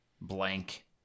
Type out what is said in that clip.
blank